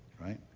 right